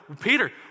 Peter